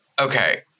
Okay